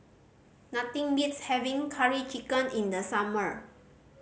nothing beats having Curry Chicken in the summer